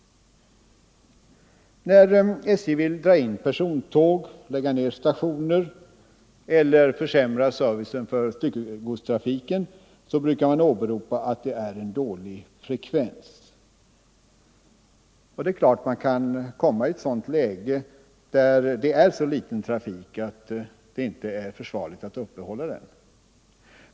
När SJ vill dra in persontåg, lägga ner stationer eller försämra servicen för styckegodstrafiken brukar man åberopa att det är en dålig frekvens. Det är klart att man kan komma i ett sådant läge, att trafiken är så liten att det inte är försvarligt att uppehålla den.